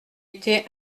été